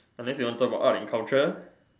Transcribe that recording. unless you want to talk about art and culture